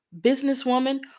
businesswoman